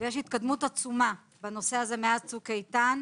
וישנה התקדמות עצומה בנושא הזה מאז צוק איתן,